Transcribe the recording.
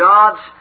God's